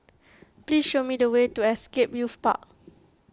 please show me the way to Scape Youth Park